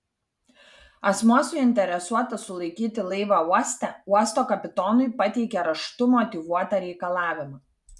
asmuo suinteresuotas sulaikyti laivą uoste uosto kapitonui pateikia raštu motyvuotą reikalavimą